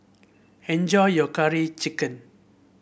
enjoy your Curry Chicken